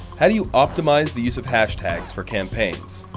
how do you optimize the use of hashtags for campaigns?